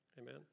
Amen